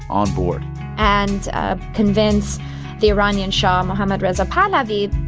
on board and convince the iranian shah, mohammad reza pahlavi,